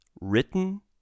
written